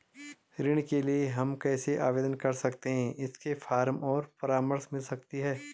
ऋण के लिए हम कैसे आवेदन कर सकते हैं इसके फॉर्म और परामर्श मिल सकती है?